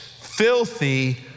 filthy